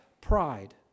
pride